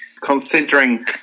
Considering